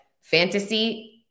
fantasy